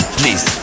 please